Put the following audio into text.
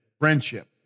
Friendship